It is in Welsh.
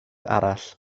arall